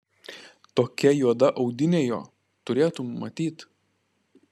tokia juoda audinė jo turėtum matyt